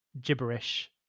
gibberish